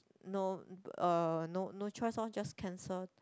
no um no no choice lor just cancel